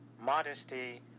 modesty